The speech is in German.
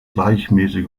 gleichmäßig